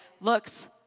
looks